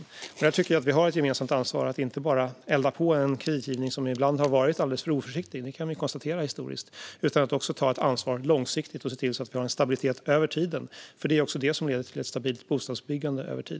Här tycker jag alltså att vi har ett gemensamt ansvar att inte elda på en kreditgivning som ibland har varit alldeles för oförsiktig, vilket vi kan konstatera historiskt, och vi ska ta ett ansvar långsiktigt och se till att vi har en stabilitet över tiden. Det är också det som leder till ett stabilt bostadsbyggande över tid.